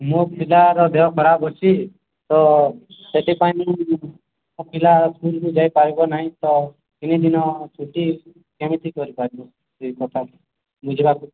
ମୋ ପିଲାର ଦେହ ଖରାପ ଅଛି ତ ସେଥିପାଇଁ ମୋ ପିଲା ସ୍କୁଲକୁ ଯାଇ ପାରିବ ନାହିଁ ତ ତିନି ଦିନ ଛୁଟି କେମିତି କରିବା ସେ କଥା ବୁଝିବାକୁ କଲ